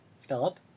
Philip